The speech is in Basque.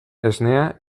esnea